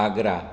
Agra